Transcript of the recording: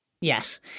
Yes